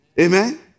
Amen